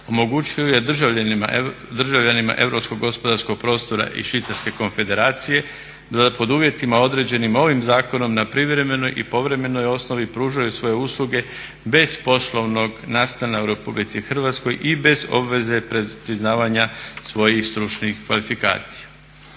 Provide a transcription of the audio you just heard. omogućuje državljanima europskog gospodarskog prostora i Švicarske konfederacije da pod uvjetima određenim ovim zakonom na privremenoj i povremenoj osnovi pružaju svoje usluge bez poslovnog nastana u RH i bez obveze priznavanja svojih stručnih kvalifikacija.